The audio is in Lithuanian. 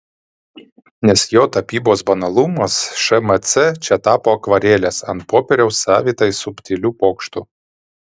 nes jo tapybos banalumas šmc čia tapo akvarelės ant popieriaus savitai subtiliu pokštu